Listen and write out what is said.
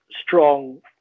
strong